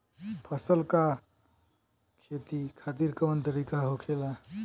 फसल का खेती खातिर कवन तरीका होखेला?